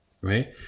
right